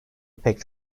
pek